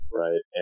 right